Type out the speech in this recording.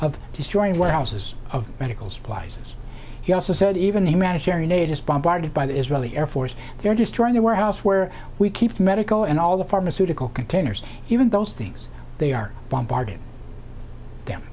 of destroying warehouses of medical supplies he also said even the humanitarian aid is bombarded by the israeli air force there destroying a warehouse where we keep medical and all the pharmaceutical containers even those things they are bombarded them